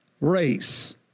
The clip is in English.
race